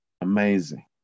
Amazing